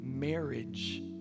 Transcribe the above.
Marriage